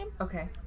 okay